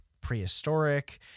prehistoric